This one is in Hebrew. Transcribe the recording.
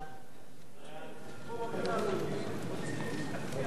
חוק ההוצאה לפועל (תיקון